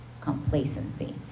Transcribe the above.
complacency